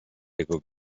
jego